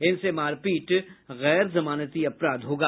इनसे मारपीट गैर जमानती अपराध होगा